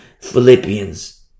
Philippians